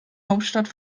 hauptstadt